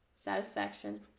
satisfaction